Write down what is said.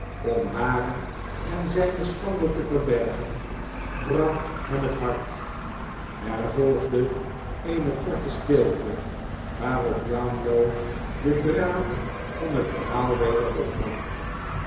om hare en zijne schande te verbergen brak hem het hart er volgde eene korte stilte waarop brownlow den draad van het verhaal weer opnam